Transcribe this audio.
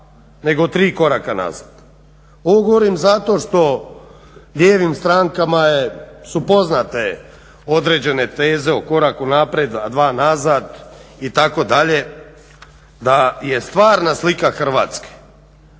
nego tri koraka nazad. Ovo govorim zato što lijevim strankama su poznate određene teze o koraku napred, a dva nazad itd. da je stvarna slika Hrvatske